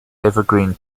evergreen